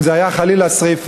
אם זו הייתה חלילה שרפה,